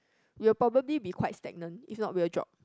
you will probably be quite stagnant if not will drop